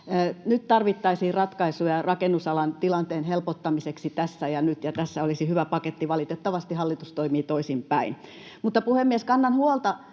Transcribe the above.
Nyt tarvittaisiin ratkaisuja rakennusalan tilanteen helpottamiseksi tässä ja nyt, ja tässä olisi hyvä paketti. Valitettavasti hallitus toimii toisinpäin. Puhemies! Mutta kannan huolta